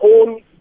own